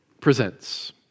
presents